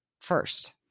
first